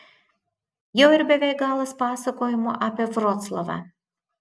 jau ir beveik galas pasakojimo apie vroclavą